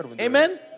Amen